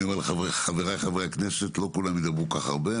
אני אומר לחבריי חברי הכנסת שלא כולם ידברו כל כך הרבה,